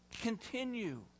continue